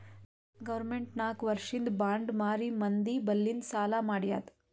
government ನಾಕ್ ವರ್ಷಿಂದ್ bond ಮಾರಿ ಮಂದಿ ಬಲ್ಲಿಂದ್ ಸಾಲಾ ಮಾಡ್ಯಾದ್